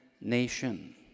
nation